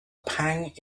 pang